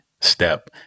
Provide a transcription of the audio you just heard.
step